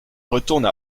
retourne